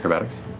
acrobatics.